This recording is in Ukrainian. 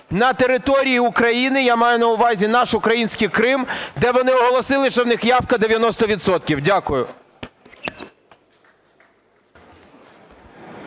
на території України, я маю на увазі, наш український Крим, де вони оголосили, що у них явка 90